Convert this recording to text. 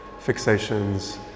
fixations